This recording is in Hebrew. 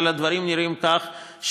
אבל הדברים נראים כך,